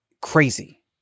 crazy